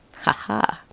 haha